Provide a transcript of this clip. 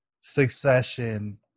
Succession